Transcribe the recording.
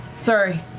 sorry.